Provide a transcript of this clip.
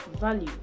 value